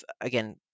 again